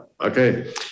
Okay